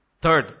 Third